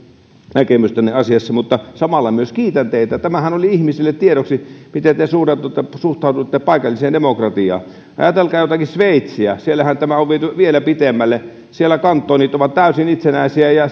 näkemystänne asiassa mutta samalla myös kiitän teitä tämähän oli ihmisille tiedoksi miten te suhtaudutte suhtaudutte paikalliseen demokratiaan ajatelkaa jotakin sveitsiä siellähän tämä on viety vielä pitemmälle siellä kantonit ovat täysin itsenäisiä ja